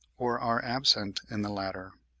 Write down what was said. or are absent in the latter,